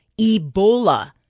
Ebola